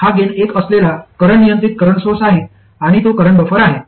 हा गेन एक असलेला करंट नियंत्रित करंट सोर्स आहे आणि तो करंट बफर आहे